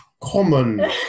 common